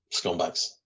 scumbags